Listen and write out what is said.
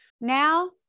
Now